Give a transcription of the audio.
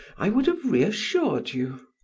i would have reassured you.